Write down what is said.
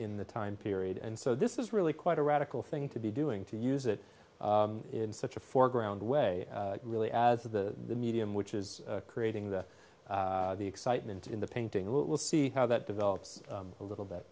in the time period and so this is really quite a radical thing to be doing to use it in such a foreground way really as the medium which is creating the the excitement in the painting we'll see how that develops a little bit